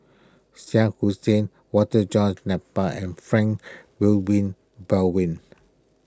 Shah Hussain Walter John Napier and Frank Wilmin Belwin